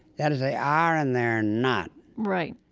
that is they are, and they're not right.